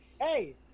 hey